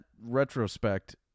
retrospect